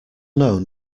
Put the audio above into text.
known